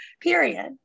period